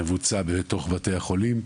מבוצע בתוך בתי החולים.